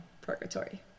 purgatory